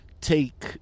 take